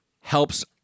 helps